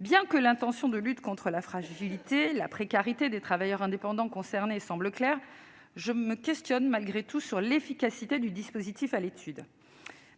Bien que l'intention de lutte contre la fragilité et la précarité des travailleurs indépendants concernés semble claire, je m'interroge sur l'efficacité du dispositif à l'étude.